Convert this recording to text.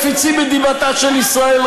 מפילה את ה"חמאס"?